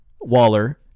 waller